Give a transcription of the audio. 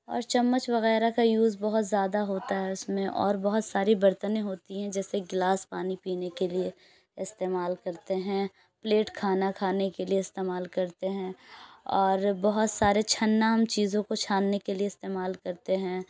اور چمچ وغیرہ کا یوز بہت زیادہ ہوتا ہے اُس میں اور بہت ساری برتنیں ہوتی ہیں جیسے گلاس پانی پینے کے لیے استعمال کرتے ہیں پلیٹ کھانا کھانے کے لیے استعمال کرتے ہیں اور بہت سارے چھنا ہم چیزوں کو چھاننے کے لیے استعمال کرتے ہیں